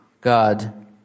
God